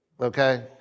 okay